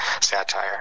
satire